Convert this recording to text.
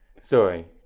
Sorry